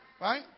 right